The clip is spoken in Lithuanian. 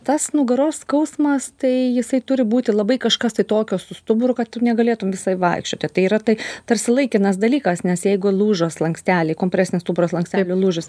tas nugaros skausmas tai jisai turi būti labai kažkas tai tokio su stuburu kad tu negalėtum visai vaikščioti tai yra tai tarsi laikinas dalykas nes jeigu lūžo slanksteliai kompresinių stuburo slankstelių lūžis